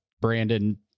brandon